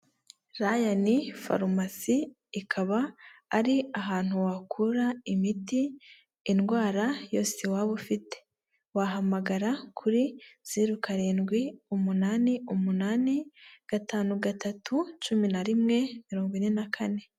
Rayani farumasi ikaba ari ahantu wakura imiti indwara yose waba ufite, wahamagara kuri zeru karindwi umunani umunani gatanu gatatu cumi na rimwe mirongo ine na kane